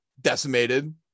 Decimated